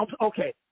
okay